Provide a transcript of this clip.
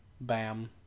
Bam